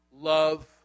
love